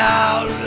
out